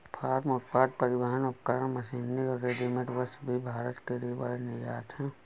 farm उत्पाद, परिवहन उपकरण, मशीनरी और रेडीमेड वस्त्र भी भारत के लिए बड़े निर्यात हैं